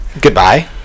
Goodbye